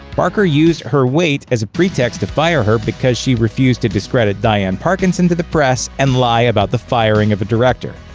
barker used her weight as a pretext to fire her because she refused to discredit dian parkinson to the press and lie about the firing of a director.